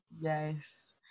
yes